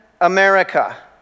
America